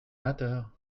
matter